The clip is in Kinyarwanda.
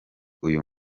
uyu